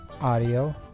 Audio